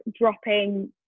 dropping